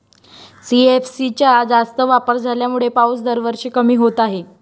CFC चा जास्त वापर झाल्यामुळे पाऊस दरवर्षी कमी होत आहे